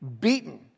beaten